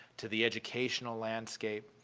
to the educational landscape,